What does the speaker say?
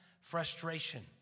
frustration